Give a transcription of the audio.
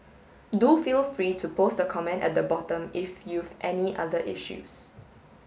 do feel free to post a comment at the bottom if you've any other issues